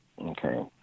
okay